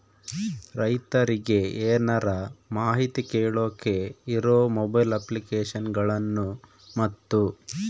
ರೈತರಿಗೆ ಏನರ ಮಾಹಿತಿ ಕೇಳೋಕೆ ಇರೋ ಮೊಬೈಲ್ ಅಪ್ಲಿಕೇಶನ್ ಗಳನ್ನು ಮತ್ತು?